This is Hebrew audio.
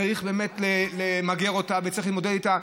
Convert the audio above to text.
צריך באמת למגר אותה וצריך להתמודד איתה,